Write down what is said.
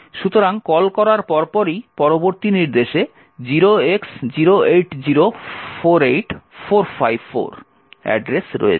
সুতরাং কল করার পরপরই পরবর্তী নির্দেশে 0x08048454 অ্যাড্রেস রয়েছে